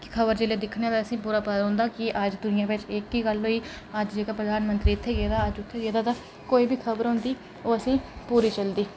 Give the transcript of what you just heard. कि खबर जिल्लै दिक्खनी होऐ असें पूरा पता रौंह्नदा कि अज्ज दुनिया बिच एह्की गल्ल होई अज्ज जेह्का प्रधान मंत्री इत्थै गेदा हा उत्थै गेदा हा तां कोई बी खबर होंदी ओह् असें पूरी चलदी